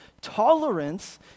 Tolerance